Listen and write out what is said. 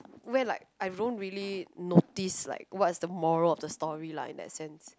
where like I don't really notice like what's the moral of the story lah in that sense